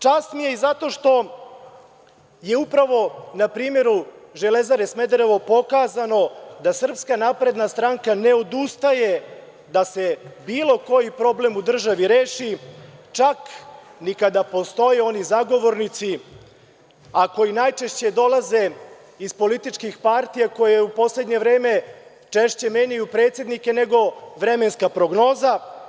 Čast mi je i zato što je upravo na primeru „Železare Smederevo“ pokazano da SNS ne odustaje da se bilo koji problem u državi reši čak ni kada postoje oni zagovornici, a koji najčešće dolaze iz političkih partija koje u poslednje vreme češće menjaju predsednike nego vremenska prognoza.